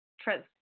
trust